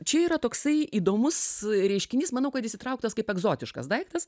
čia yra toksai įdomus reiškinys manau kad jis įtrauktas kaip egzotiškas daiktas